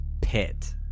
pit